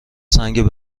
سنگ